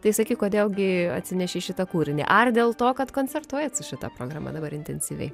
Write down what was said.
tai sakyk kodėl gi atsinešei šitą kūrinį ar dėl to kad koncertuojat su šita programa dabar intensyviai